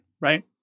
right